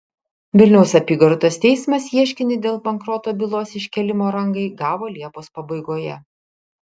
vilniaus apygardos teismas ieškinį dėl bankroto bylos iškėlimo rangai gavo liepos pabaigoje